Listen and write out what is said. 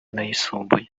n’ayisumbuye